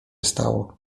stało